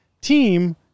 team